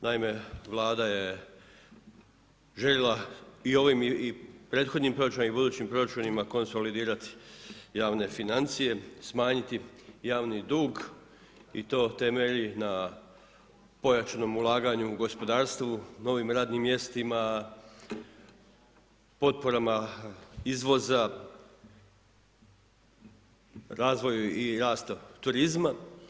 Naime, Vlada je željela i ovim i prethodnim proračunima i budućim proračunima konsolidirati javne financije, smanjiti javni dug i to temelji na pojačanom ulaganju u gospodarstvu, novim radnim mjestima, potporama, izvoza, razvoju i rastu turizma.